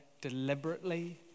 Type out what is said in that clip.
deliberately